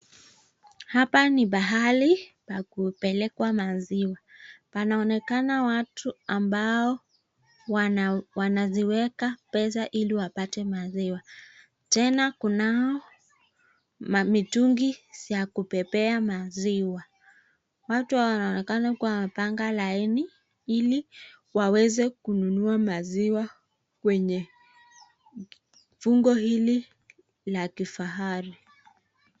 Hapa ni pahali pa kupelekwa maziwa. Panaonekana watu ambao wanaziweka pesa ili wapate maziwa. Tena kunao mamitungi za kubebea maziwa. Watu hawa wanaonekana kuwa wamepanga laini ili waweze kununua maziwa kwenye fungo hili la kifahari.